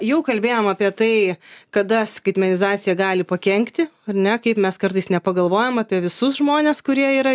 jau kalbėjom apie tai kada skaitmenizacija gali pakenkti ar ne kaip mes kartais nepagalvojam apie visus žmones kurie yra